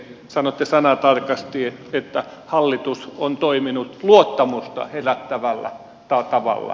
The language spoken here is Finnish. sanoitte sanatarkasti että hallitus on toiminut luottamusta herättävällä tavalla